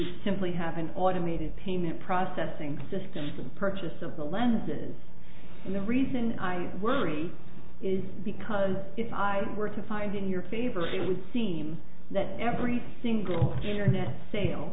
simply have an automated payment processing system purchase of the lenses and the reason i worry is because if i were to find in your favor it would seem that every single